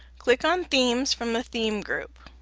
click on themes from the themes group.